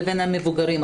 לבין המבוגרים.